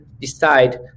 decide